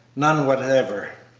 none whatever,